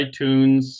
iTunes